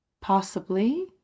Possibly